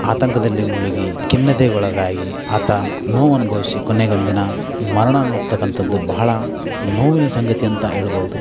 ಆತಂಕದಲ್ಲಿ ಮುಳುಗಿ ಖಿನ್ನತೆಗೊಳಗಾಗಿ ಆತ ನೋವು ಅನುಭವಿಸಿ ಕೊನೆಗೊಂದಿನ ಮರಣವನ್ನು ಒಪ್ತಕ್ಕಂತದ್ದು ಬಹಳ ನೋವಿನ ಸಂಗತಿ ಅಂತ ಹೇಳ್ಬೋದು